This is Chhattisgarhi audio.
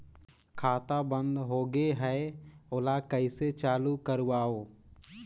खाता बन्द होगे है ओला कइसे चालू करवाओ?